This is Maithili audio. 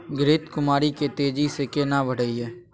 घृत कुमारी के तेजी से केना बढईये?